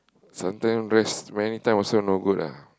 sometimes rest many time also no good ah